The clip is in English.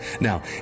Now